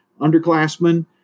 Underclassmen